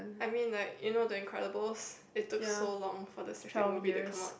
I mean like you know the Incredibles it took so long for the stupid movie to come out